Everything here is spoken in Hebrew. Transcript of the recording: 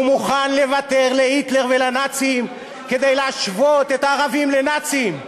הוא מוכן לוותר להיטלר ולנאצים כדי להשוות את הערבים לנאצים.